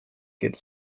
get